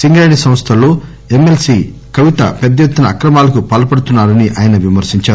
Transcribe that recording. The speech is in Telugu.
సింగరేణి సంస్దలో ఎమ్మెల్సీ కవిత పెద్ద ఎత్తున అక్రమాలకు పాల్పడుతున్నారని ఆయన విమర్శిందారు